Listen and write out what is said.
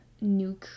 new